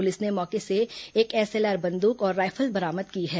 police ने मौके से एक एसएलआर बंदूक और राइफल बरामद की है